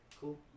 cool